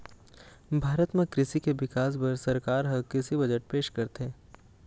भारत म कृषि के बिकास बर सरकार ह कृषि बजट पेश करथे